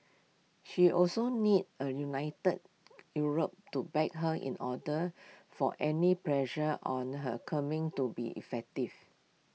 she also needs A united Europe to back her in order for any pressure on her Kremlin to be effective